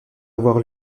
avoir